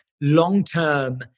long-term